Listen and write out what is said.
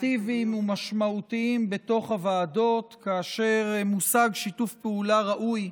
אפקטיביים ומשמעותיים בתוך הוועדות כאשר מושג שיתוף פעולה ראוי,